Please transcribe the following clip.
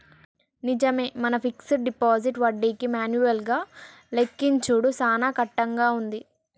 నిజమే మన fixed deposit వడ్డీకి మాన్యువల్ గా లెక్కించుడు సాన కట్టంగా ఉంది